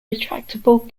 retractable